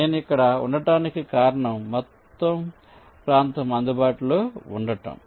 నేను ఇక్కడ ఉండటానికి కారణం మొత్తం ప్రాంతం అందుబాటులో ఉండటం